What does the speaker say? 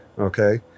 Okay